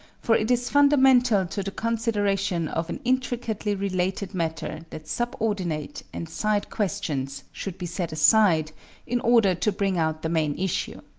for it is fundamental to the consideration of an intricately related matter that subordinate and side questions should be set aside in order to bring out the main issue.